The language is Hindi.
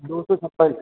दो सौ छप्पन